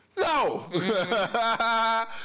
No